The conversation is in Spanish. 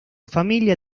familia